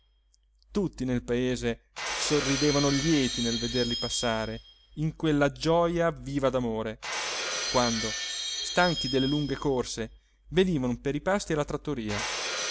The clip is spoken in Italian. tutti nel paese sorridevano lieti nel vederli passare in quella gioja viva d'amore quando stanchi delle lunghe corse venivan per i pasti alla trattoria